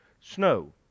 snow